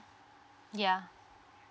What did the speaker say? yeah